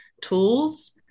tools